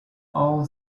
all